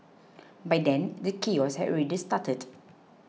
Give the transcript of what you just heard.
by then the chaos had already started